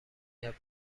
کرد